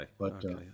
okay